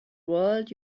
world